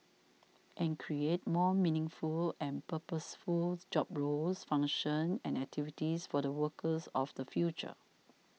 and create more meaningful and purposeful job roles functions and activities for the workers of the future